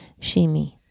Shimi